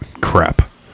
crap